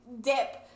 dip